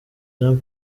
jean